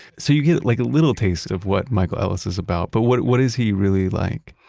so, you get like a little taste of what michael ellis is about, but what what is he really like?